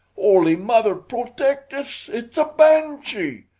holy mother protect us it's a banshee!